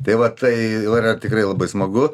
tai va tai yra tikrai labai smagu